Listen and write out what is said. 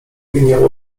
widniał